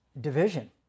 division